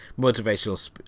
motivational